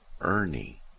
Ernie